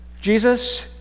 Jesus